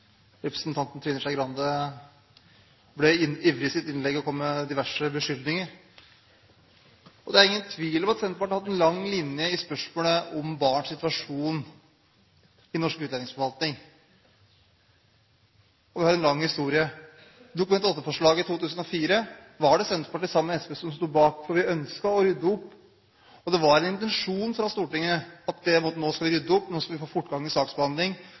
Representanten Trine Skei Grande ble ivrig i sitt innlegg og kom med diverse beskyldninger. Det er ingen tvil om at Senterpartiet har hatt en lang linje i spørsmålet om barns situasjon i norsk utlendingsforvaltning – vi har en lang historie. Det var Senterpartiet, sammen med SV, som sto bak et Dokument nr. 8-forslag i 2004, for vi ønsket å rydde opp. Det var intensjonen til Stortinget at nå skal vi rydde opp, nå skal vi få fortgang i